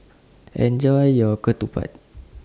Enjoy your Ketupat